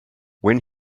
when